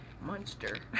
monster